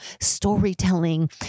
storytelling